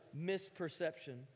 misperception